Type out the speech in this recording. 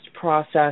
process